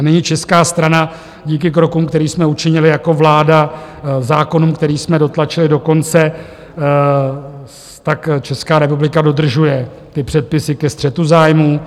Nyní česká strana díky krokům, které jsme učinili jako vláda, zákonům, které jsme dotlačili do konce, tak Česká republika dodržuje předpisy ke střetu zájmů.